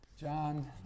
John